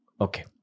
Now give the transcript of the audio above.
Okay